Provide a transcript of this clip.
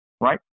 right